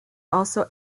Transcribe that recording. also